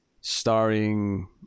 starring